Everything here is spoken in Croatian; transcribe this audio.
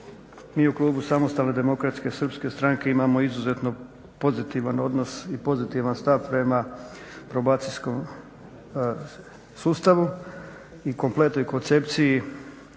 Mi u klubu SDSS-a imamo izuzetno pozitivan odnos i pozitivan stav prema probacijskom sustavu i kompletnoj koncepciji